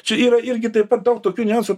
čia yra irgi taip pat daug tokių nuansų